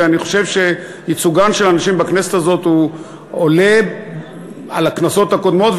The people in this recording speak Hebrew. ואני חושב שייצוגן של הנשים בכנסת הזאת עולה על ייצוגן בכנסות הקודמות,